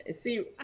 See